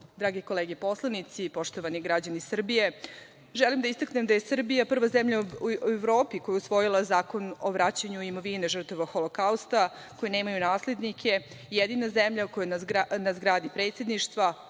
kolege poslanici, poštovani građani Srbije, želim da istaknem da je Srbija prva zemlja u Evropi koja je usvojila Zakon o vraćanju imovine žrtava Holokausta, koji nemaju naslednike, jedina zemlja koja je na zgradi Predsedništva